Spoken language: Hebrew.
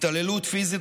התעללות פיזית